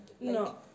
No